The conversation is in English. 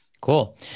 Cool